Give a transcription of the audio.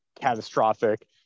catastrophic